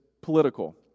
political